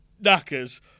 knackers